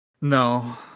No